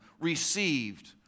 received